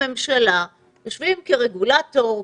יושבים כרגולטור,